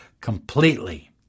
completely